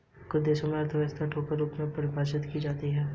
कुछ देशों की अर्थव्यवस्था कठोर रूप में परिभाषित की जाती हैं